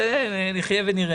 אני מחדש את הישיבה.